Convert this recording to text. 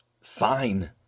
fine